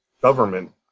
government